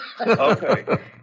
Okay